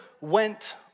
went